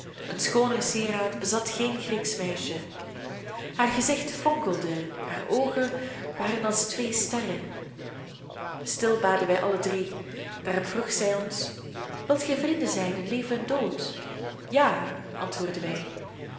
een schooner sieraad bezat geen grieksch meisje haar gezicht fonkelde haar oogen waren als twee sterren stil baden wij alle drie daarop vroeg zij ons wilt gij vrienden zijn in leven en dood ja antwoordden wij